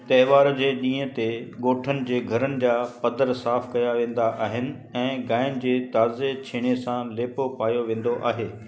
त्योहार जे ॾींहुं ते ॻोठनि जे घरनि जा पधरु साफ़ कया वेंदा आहिनि ऐं गायन जे ताजे़ छेणे सां लेपो पायो वेंदो आहे